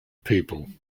people